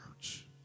church